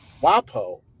Wapo